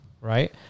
right